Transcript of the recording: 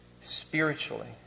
spiritually